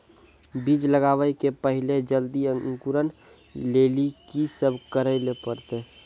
बीज लगावे के पहिले जल्दी अंकुरण लेली की सब करे ले परतै?